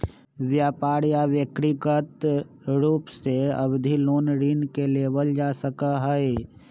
व्यापार या व्यक्रिगत रूप से अवधि लोन ऋण के लेबल जा सका हई